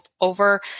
over